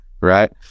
right